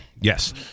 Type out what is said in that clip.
Yes